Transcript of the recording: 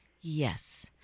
Yes